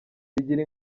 bigira